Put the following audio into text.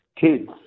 kids